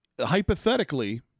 hypothetically